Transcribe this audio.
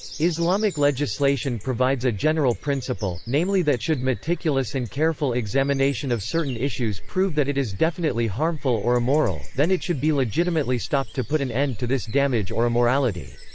islamic legislation provides a general principle, namely that should meticulous and careful examination of certain issues prove that it is definitely harmful or immoral, then it should be legitimately stopped to put an end to this damage or immorality.